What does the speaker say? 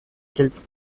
quelques